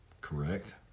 Correct